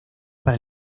para